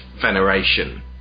veneration